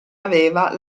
aveva